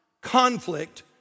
conflict